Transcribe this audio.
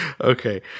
Okay